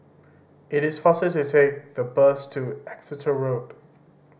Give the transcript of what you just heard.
it is faster to take the bus to Exeter Road